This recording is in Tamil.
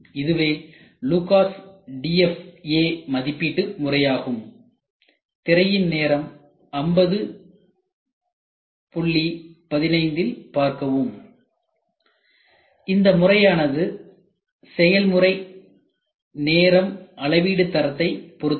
இதுவே LUCAS DFA மதிப்பீடு முறையாகும் இந்த முறையானது செயல்முறை நேரம் அளவீடு தரத்தைப் பொறுத்தது